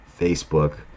Facebook